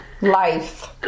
life